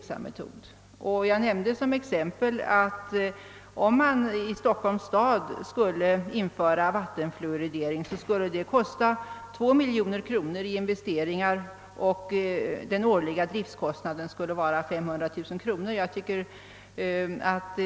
Som exempel nämnde jag att om Stockholms stad införde vattenfluoridering skulle det kosta två miljoner kronor i investeringar medan den årliga driftkostnaden förebyggande syfte skulle uppgå till 500 000 kronor.